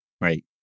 Right